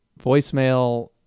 voicemail